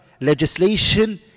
legislation